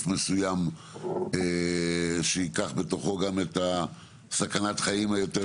מסוים שייקח בתוכו גם את הסכנה יותר,